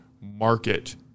market